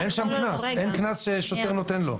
אין שם קנס, אין קנס ששוטר נותן לו.